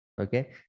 Okay